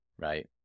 Right